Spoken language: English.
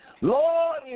Lord